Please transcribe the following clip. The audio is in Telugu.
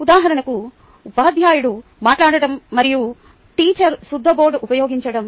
ఉదాహరణకు ఉపాధ్యాయుడు మాట్లాడటం మరియు టీచర్ సుద్దబోర్డును ఉపయోగించడం